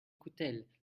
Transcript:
coutelle